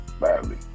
badly